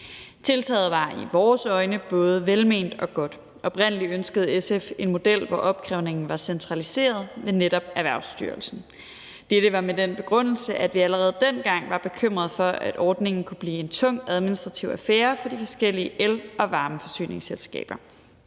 Tiltaget var i vores øjne både velment og godt. Oprindelig ønskede SF en model, hvor opkrævningen var centraliseret i netop Erhvervsstyrelsen. Dette var med den begrundelse, at vi allerede dengang var bekymret for, at ordningen kunne blive en tung, administrativ affære for de forskellige el- og varmeforsyningsselskaber.